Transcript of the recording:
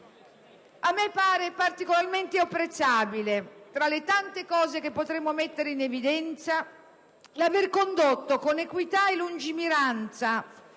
A me pare particolarmente apprezzabile, tra le tante cose che potremmo mettere in evidenza, l'aver condotto con equità e lungimiranza,